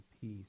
peace